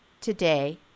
today